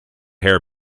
hair